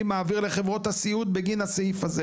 מעביר לחברות הסיעוד בגין הסעיף הזה.